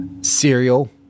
cereal